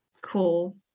cool